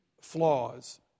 flaws